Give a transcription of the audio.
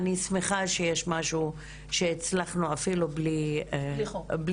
אני שמחה שיש משהו שהצלחנו, אפילו בלי חוק